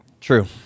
True